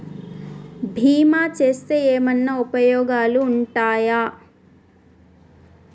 బీమా చేస్తే ఏమన్నా ఉపయోగాలు ఉంటయా?